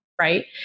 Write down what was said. Right